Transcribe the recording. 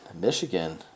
Michigan